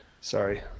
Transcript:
Sorry